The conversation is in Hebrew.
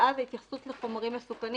ואז ההתייחסויות לחומרים מסוכנים